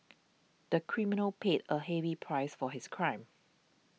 the criminal paid a heavy price for his crime